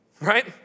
Right